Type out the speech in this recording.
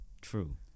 True